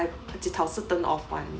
puchitau certain of one